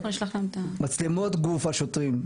מצלמות גוף על שוטרים.